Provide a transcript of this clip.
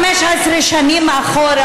15 שנים אחורה,